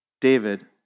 David